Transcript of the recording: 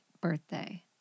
birthday